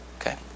Okay